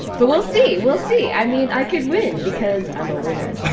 but we'll see. we'll see. i mean, i could win because i'm a winner!